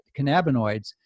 cannabinoids